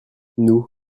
nous